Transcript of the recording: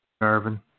Irvin